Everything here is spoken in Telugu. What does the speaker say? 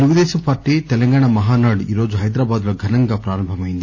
తెలుగుదేశం పార్లీ తెలంగాణ మహానాడు ఈరోజు హైదరాబాద్లో ఘనంగా ప్రారంభం అయింది